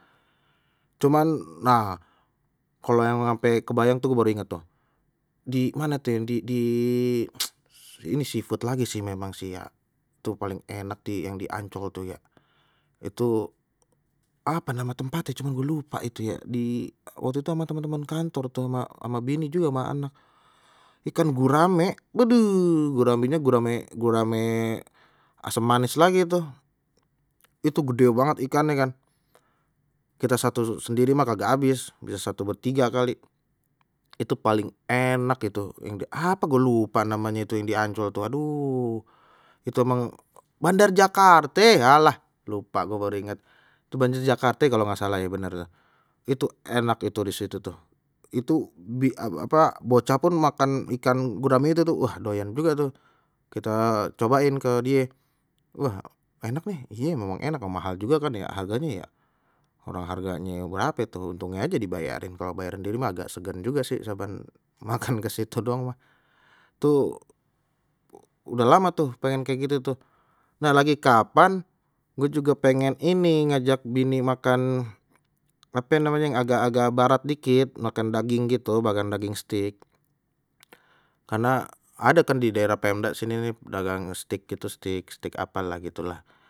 Cuman nah kalau yang ampe kebayang tuh gua baru ingat tuh di mana yang di di ini sih seafood lagi sih memang sih ya, tuh paling enak di yang di ancol tuh ya itu apa nama tempatnye cuman gua lupa itu ye di waktu itu ama temen-temen kantor tuh ama bini juga sama anak, ikan gurame waduh guramenya gurame asam manis lagi tuh, itu gede banget ikannye kan kita satu sendiri mah kagak abis, satu bertiga kali itu paling enak itu yang di apa gua lupa namanya itu yang di ancol aduh itu emang, bandar jakarte halah lupa gua baru inget tu bandar jakarte kalau nggak salah ya benar ya, itu enak itu di situ tuh, itu apa bocah pun makan ikan gurame itu tuh wah doyan juga tuh, kita cobain ke die wah enak nih, iye memang enak mahal juga kan ya harganya ya harganya berapa itu untungnya aje dibayarin kalau bayar ndiri mah agak segen juga sih saban makan ke situ doang mah, tuh udah lama tuh pengen kayak gitu tuh nah lagi kapan gue juga pengen ini ngajak bini makan ape namanye yang agak-agak barat dikit makan daging gitu makan daging steak karena ada kan di daerah pemda sini nih dagang steak itu steak steak apa lagi tu lah.